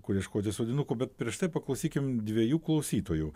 kur ieškoti sodinukų bet prieš tai paklausykim dviejų klausytojų